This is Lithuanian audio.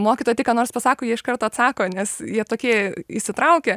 mokytoja tik ką nors pasako jie iš karto atsako nes jie tokie įsitraukę